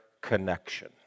connection